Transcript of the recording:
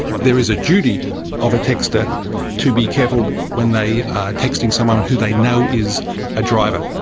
there is a duty of a texter to be careful when they are texting someone who they know is a driver.